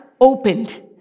opened